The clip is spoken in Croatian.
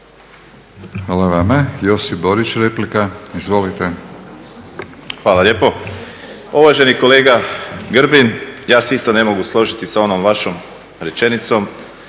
Hvala vama. Josip Borić replika. Izvolite. **Borić, Josip (HDZ)** Hvala lijepo. Uvaženi kolega Grbin, ja se isto ne mogu složiti s onom vašom rečenicom